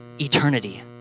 eternity